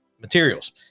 materials